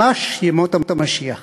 ממש ימות המשיח.